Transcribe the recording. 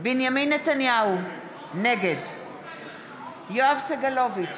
בנימין נתניהו, נגד יואב סגלוביץ'